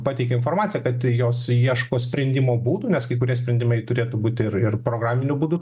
pateikė informaciją kad jos ieško sprendimo būdų nes kai kurie sprendimai turėtų būti ir ir programiniu būdu